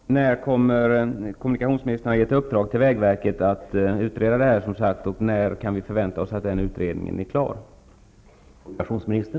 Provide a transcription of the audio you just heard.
Herr talman! När kommer kommunikationsministern att ge vägverket i uppdrag att utreda detta? När kan vi förvänta oss att den utredningen blir klar?